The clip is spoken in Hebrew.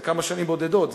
זה כמה שנים בודדות.